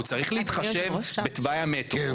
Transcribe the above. הוא צריך להתחשב בתוואי המטרו.